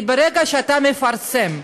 כי ברגע שאתה מפרסם,